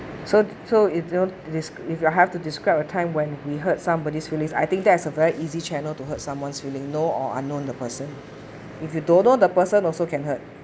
so so you know it is if you have to describe a time when we hurt somebody's feelings I think that's a very easy channel to hurt someone's feeling know or unknown the person if you don't know the person also can hurt